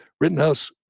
Rittenhouse